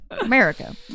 america